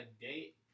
date